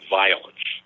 violence